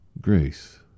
Grace